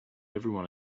everyone